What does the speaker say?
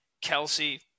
Kelsey